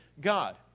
God